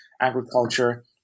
agriculture